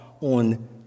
on